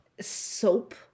soap